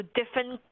different